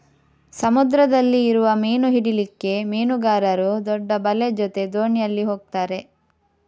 ಸಮುದ್ರದಲ್ಲಿ ಇರುವ ಮೀನು ಹಿಡೀಲಿಕ್ಕೆ ಮೀನುಗಾರರು ದೊಡ್ಡ ಬಲೆ ಜೊತೆ ದೋಣಿಯಲ್ಲಿ ಹೋಗ್ತಾರೆ